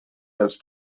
dels